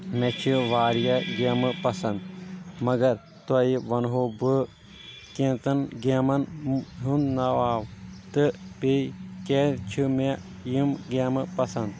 مےٚ چھِ واریاہ گیمہٕ پسنٛد مگر تۄہہ ونہو بہٕ کینٛژن گیمن ہُنٛد ناو تہٕ بییٚہِ کیاہ چھِ مےٚ یِم گیمہٕ پسنٛد